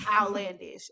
outlandish